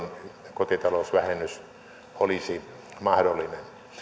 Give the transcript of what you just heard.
kotitalousvähennys olisi mahdollinen